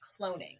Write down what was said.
cloning